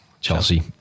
Chelsea